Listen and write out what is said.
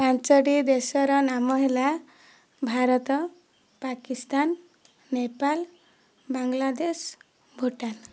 ପାଞ୍ଚଟି ଦେଶର ନାମ ହେଲା ଭାରତ ପାକିସ୍ତାନ ନେପାଳ ବାଂଲାଦେଶ ଭୁଟାନ